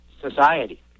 society